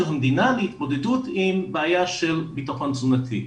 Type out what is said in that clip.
המדינה להתמודדות עם בעייה של בטחון תזונתי.